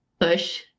push